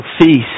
feast